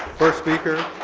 first speaker.